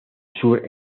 sur